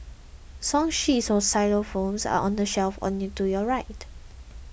song sheets xylophones are on the shelf on to your right